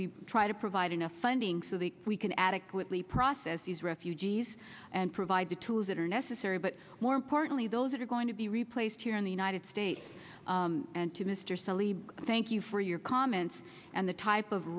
we try to provide enough funding so that we can adequately process these refugees and provide the tools that are necessary but more importantly those that are going to be replaced here in the united states and to mr saliba thank you for your comments and the type of